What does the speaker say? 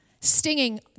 stinging